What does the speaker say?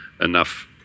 enough